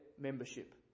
membership